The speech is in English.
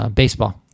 baseball